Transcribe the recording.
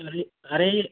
তুই আরে